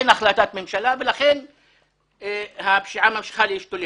אין החלטת ממשלה ולכן הפשיעה ממשיכה להשתולל.